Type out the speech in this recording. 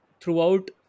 throughout